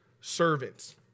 servants